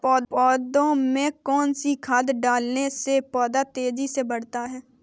पौधे में कौन सी खाद डालने से पौधा तेजी से बढ़ता है?